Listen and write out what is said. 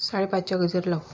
साडेपाचच्या गजर लाव